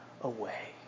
away